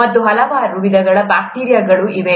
ಮತ್ತು ಹಲವಾರು ವಿಧಗಳುಬ್ಯಾಕ್ಟೀರಿಯಾಗಳು ಇವೆ